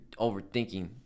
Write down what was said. overthinking